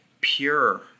pure